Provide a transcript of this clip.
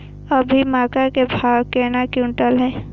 अभी मक्का के भाव केना क्विंटल हय?